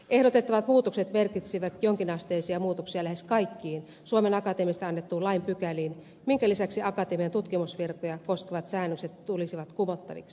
ehdotettavat muutokset merkitsisivät jonkinasteisia muutoksia lähes kaikkiin suomen akatemiasta annetun lain pykäliin minkä lisäksi akatemian tutkimusvirkoja koskevat säännökset tulisivat kumottaviksi